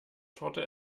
torte